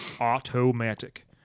automatic